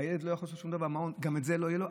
הילד לא יכול לעשות שום דבר, וגם מעון לא יהיה לו.